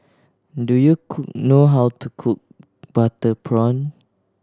do you know how to cook butter prawn